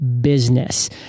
business